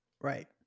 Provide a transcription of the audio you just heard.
right